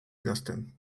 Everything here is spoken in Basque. idazten